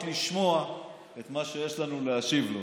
רק לשמוע את מה שיש לנו להשיב לו.